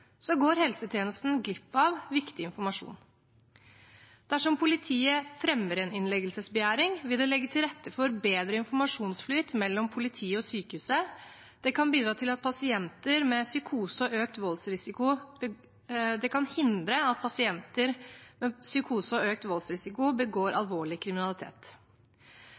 går helsetjenesten glipp av viktig informasjon. Dersom politiet fremmer en innleggelsesbegjæring, vil det legge til rette for bedre informasjonsflyt mellom politiet og sykehuset. Det kan hindre at pasienter med psykose og økt voldsrisiko begår alvorlig kriminalitet. Når politiet kommer i kontakt med personer som de tror har psykose og